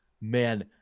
man